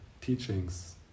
teachings